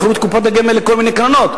הרי מכרו את קופות הגמל לכל מיני קרנות,